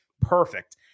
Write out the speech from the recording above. perfect